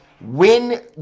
win